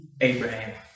Abraham